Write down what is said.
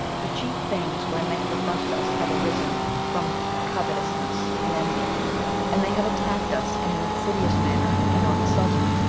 the chief things wherein they have affronted us have arisen from covetousness and envy and they have attacked us in an insidious manner, and on the sudden.